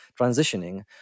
transitioning